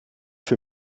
für